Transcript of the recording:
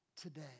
today